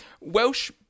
Welsh